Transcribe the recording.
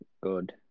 good